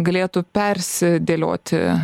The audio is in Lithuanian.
galėtų persidėlioti